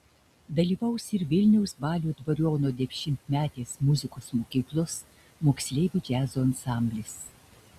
dalyvaus ir vilniaus balio dvariono dešimtmetės muzikos mokyklos moksleivių džiazo ansamblis